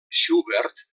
schubert